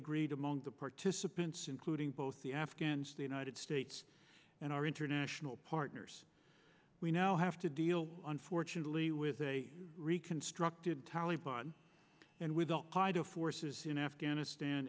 agreed among the participants including both the afghans the united states and our international partners we now have to deal unfortunately with a reconstructed taliep on and with al qaeda forces in afghanistan